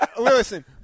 listen